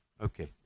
okay